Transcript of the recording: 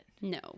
no